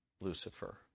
Lucifer